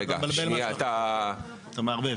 אתה מערבב.